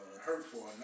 hurtful